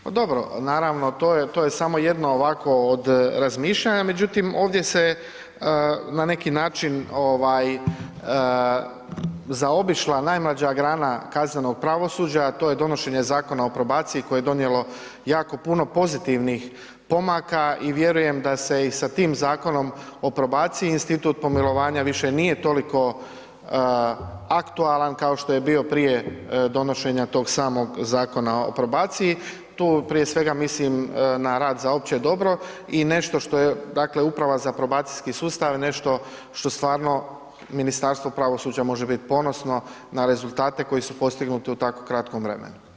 Pa dobro, naravno to je samo jedno ovako od razmišljanja, međutim ovdje se na neki način zaobišla najmlađa grana kaznenog pravosuđa, a to je donošenje Zakona o probaciji koje je donijelo jako puno pozitivnih pomaka i vjerujem da se i sa tim Zakonom o probaciji institut pomilovanja više nije toliko aktualan kao što bio prije donošenja tog samo Zakona o probaciji tu prije svega mislim na rad za opće dobro i nešto što je dakle Uprava za probacijski sustav nešto što stvarno Ministarstvo pravosuđa može biti ponosno na rezultate koji su postignuti u tako kratkom vremenu.